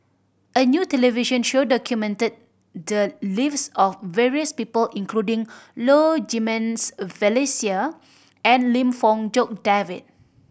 a new television show documented the lives of various people including Low Jimenez Felicia and Lim Fong Jock David